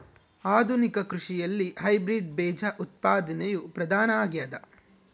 ಆಧುನಿಕ ಕೃಷಿಯಲ್ಲಿ ಹೈಬ್ರಿಡ್ ಬೇಜ ಉತ್ಪಾದನೆಯು ಪ್ರಧಾನ ಆಗ್ಯದ